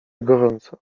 gorąco